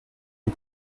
aux